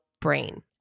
brain